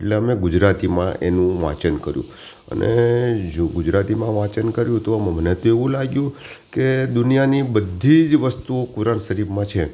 એટલી અમે ગુજરાતીમાં એનું વાંચન કર્યું અને જો ગુજરાતીમાં વાંચન કર્યું તો એમાં મને તો એવું લાગ્યું કે દુનિયાની બધી જ વસ્તુઓ કુરાન શરીફમાં છે